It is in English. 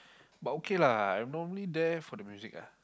but okay lah I'm normally there for the music ah